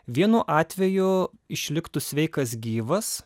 vienu atveju išliktų sveikas gyvas